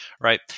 right